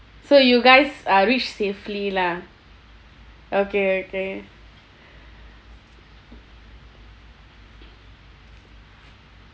so you guys uh reached safely lah okay okay